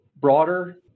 broader